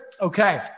Okay